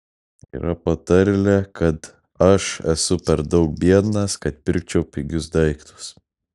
yra patarlė kad aš esu per daug biednas kad pirkčiau pigius daiktus